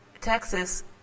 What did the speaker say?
Texas